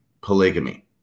polygamy